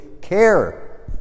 care